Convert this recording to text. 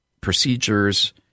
procedures